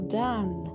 done